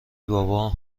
بابا